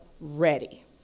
ready